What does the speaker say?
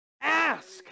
Ask